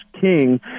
King